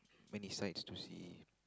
many sights to see